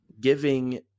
giving